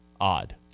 odd